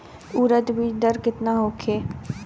उरद बीज दर केतना होखे?